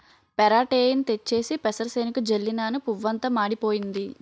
పెరాటేయిన్ తెచ్చేసి పెసరసేనుకి జల్లినను పువ్వంతా మాడిపోయింది